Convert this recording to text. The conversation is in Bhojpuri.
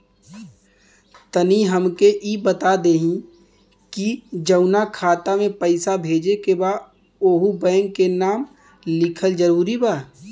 तनि हमके ई बता देही की जऊना खाता मे पैसा भेजे के बा ओहुँ बैंक के नाम लिखल जरूरी बा?